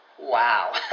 Wow